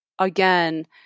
again